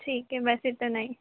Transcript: ठीक है बस इतना ही